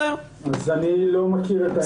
אז אני לא מכיר.